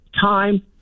time